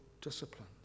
disciplines